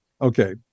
Okay